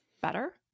better